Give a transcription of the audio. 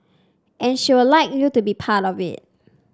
and she'd like you to be a part of it